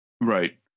Right